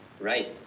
Right